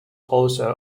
also